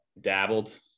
dabbled